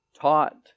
taught